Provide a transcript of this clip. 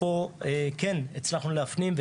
פה כן הצלחנו להפנים,